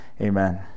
Amen